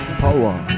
power